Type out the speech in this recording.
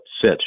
sets